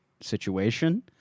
situation